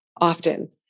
often